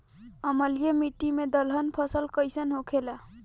अम्लीय मिट्टी मे दलहन फसल कइसन होखेला?